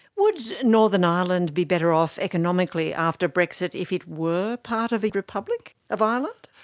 would northern ireland be better off economically after brexit if it were part of the republic of ireland?